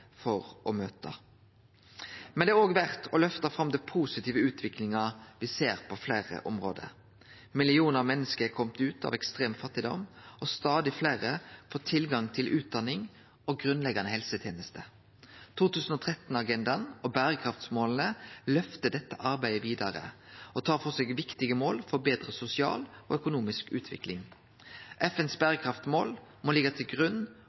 for å møte. Det er verdt å løfte fram den positive utviklinga me ser på fleire område. Millionar av menneske har kome ut av ekstrem fattigdom, og stadig fleire får tilgang til utdanning og grunnleggjande helsetenester. 2030-agendaen og bærekraftsmåla løfter dette arbeidet vidare og tar for seg viktige mål for betre sosial og økonomisk utvikling. FNs bærekraftmål må liggje til grunn